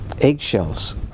eggshells